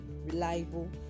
reliable